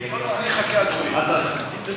לא לא,